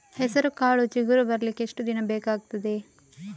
ಹೆಸರುಕಾಳು ಚಿಗುರು ಬರ್ಲಿಕ್ಕೆ ಎಷ್ಟು ದಿನ ಬೇಕಗ್ತಾದೆ?